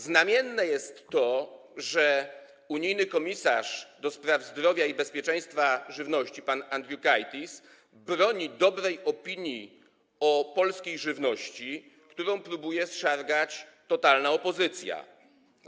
Znamienne jest to, że unijny komisarz do spraw zdrowia i bezpieczeństwa żywności pan Andriukaitis broni dobrej opinii o polskiej żywności, którą próbuje zszargać totalna opozycja.